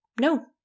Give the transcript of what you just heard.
no